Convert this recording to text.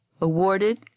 Awarded